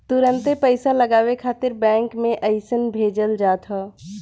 तुरंते पईसा लगावे खातिर बैंक में अइसे भेजल जात ह